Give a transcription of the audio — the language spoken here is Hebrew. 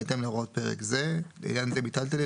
בהתאם להוראות פרק זה; לענין זה "מיטלטלין"